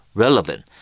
relevant